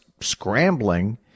scrambling